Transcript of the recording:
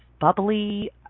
bubbly